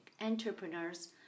entrepreneurs